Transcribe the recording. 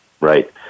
Right